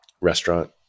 restaurant